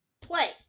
play